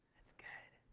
that's good.